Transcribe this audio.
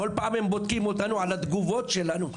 כל פעם הם בודקים אותנו על התגובות שלנו.